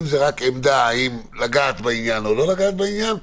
האם לגעת בעניין או לא לגעת בעניין,